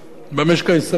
במשק הישראלי,